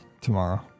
tomorrow